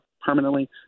permanently